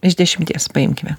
iš dešimties paimkime